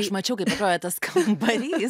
aš mačiau kaip atrodė tas kambarys